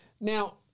Now